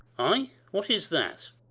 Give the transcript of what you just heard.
ay, what is that?